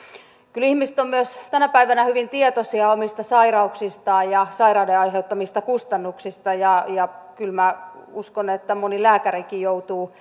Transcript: kyllä ihmiset ovat myös tänä päivänä hyvin tietoisia omista sairauksistaan ja sairauden aiheuttamista kustannuksista ja ja kyllä minä uskon että moni lääkärikin joutuu